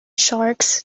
sharks